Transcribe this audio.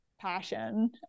passion